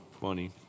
funny